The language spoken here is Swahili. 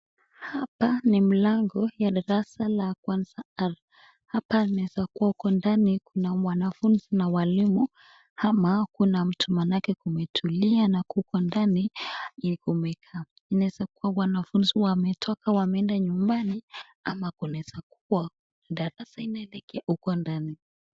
Hapa ni mlango ya darasa la kwanza. Hapa inaweza kuwa huko ndani kuna wanafunzi na walimu ama hakuna mtu maanake kumetulia na huko ndani yenye kumekaa, inaweza kuwa wanafunzi wametoka wameenda nyumbani ama kunaweza kuwa darasa inaendelea huko nyumbani.